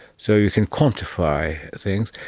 so you can quantify things.